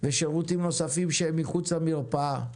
ושירותים נוספים שהם מחוץ למרפאה.